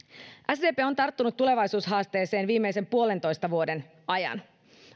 sdp on on tarttunut tulevaisuushaasteeseen viimeisen puolentoista vuoden ajan